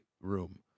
room